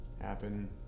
happen